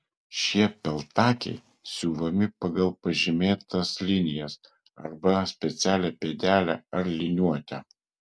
šie peltakiai siuvami pagal pažymėtas linijas arba specialią pėdelę ar liniuotę